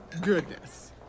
Goodness